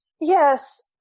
Yes